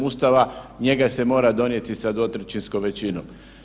Ustava, njega se mora donijeti sa dvotrećinskom većinom.